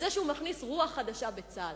על זה שהוא מכניס רוח חדשה בצה"ל,